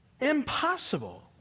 Impossible